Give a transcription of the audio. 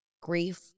grief